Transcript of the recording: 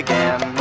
Again